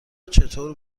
چطور